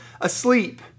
asleep